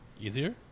Easier